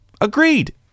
Agreed